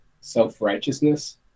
self-righteousness